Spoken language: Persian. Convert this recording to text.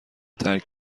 ترک